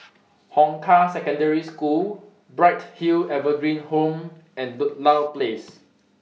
Hong Kah Secondary School Bright Hill Evergreen Home and Ludlow Place